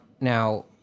now